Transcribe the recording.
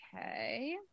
Okay